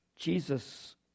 Jesus